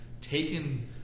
taken